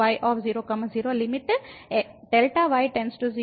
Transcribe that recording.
fy0 0 limit Δy → 0 ఉంది